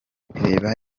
reba